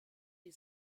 die